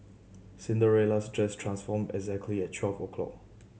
Cinderella's dress transformed exactly at twelve o'clock